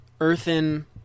earthen